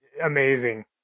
amazing